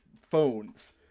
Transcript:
Phones